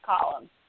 column